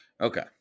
Okay